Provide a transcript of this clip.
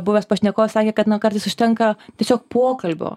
buvęs pašnekovas sakė kad na kartais užtenka tiesiog pokalbio